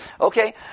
okay